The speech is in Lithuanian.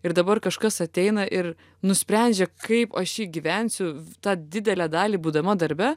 ir dabar kažkas ateina ir nusprendžia kaip aš čia gyvensiu tą didelę dalį būdama darbe